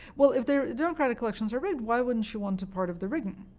well, if their democratic elections are rigged, why wouldn't you want a part of the rigging